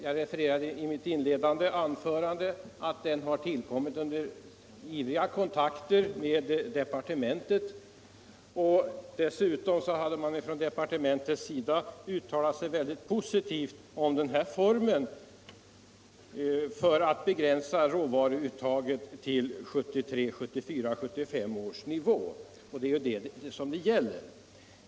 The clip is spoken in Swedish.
Jag refererar till mitt inledande anförande där jag påpekade att den har tillkommit under livliga kontakter med departementet. Dessutom hade man från departementets sida uttalat sig mycket positivt om den här formen för att begränsa råvaruutaget till 1973-74-75 års nivå. Och det är ju det som det gäller!